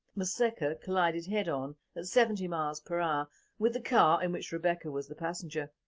museka collided head on at seventy mph with the car in which rebecca was the passenger,